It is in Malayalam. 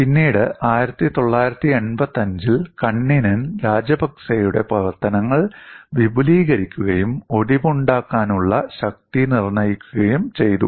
പിന്നീട് 1985 ൽ കണ്ണിനെൻ രാജപക്സെയുടെ പ്രവർത്തനങ്ങൾ വിപുലീകരിക്കുകയും ഒടിവുണ്ടാക്കാനുള്ള ശക്തി നിർണ്ണയിക്കുകയും ചെയ്തു